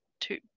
two